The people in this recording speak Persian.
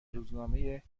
روزنامه